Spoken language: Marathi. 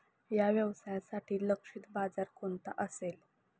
या व्यवसायासाठी लक्षित बाजार कोणता असेल?